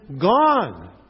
gone